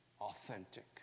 authentic